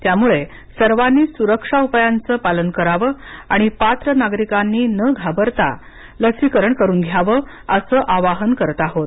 त्यामुळे सर्वांनीच सुरक्षा उपायांचं पालन करावं आणि पात्र नागरिकांनी न घाबरता लसीकरण करून घ्यावं असं आवाहन करत आहोत